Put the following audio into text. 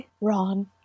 Ron